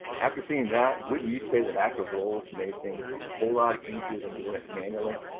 after seeing that, wouldn't you say that active roles made things a whole lot easier than doing it manually?